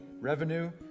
revenue